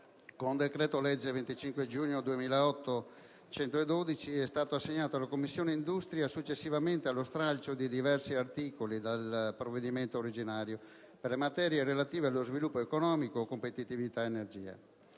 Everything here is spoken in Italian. il decreto-legge 25 giugno 2008, n. 112, è stato assegnato alla Commissione industria, successivamente allo stralcio di diversi articoli dal provvedimento originario, per le materie relative a sviluppo economico, competitività ed energia.